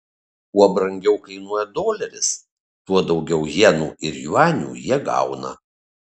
kuo brangiau kainuoja doleris tuo daugiau jenų ir juanių jie gauna